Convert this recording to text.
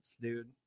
dude